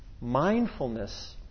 Mindfulness